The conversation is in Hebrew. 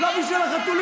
תתבייש אתה.